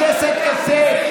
חבר הכנסת כסיף,